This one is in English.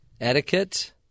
etiquette